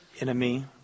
enemy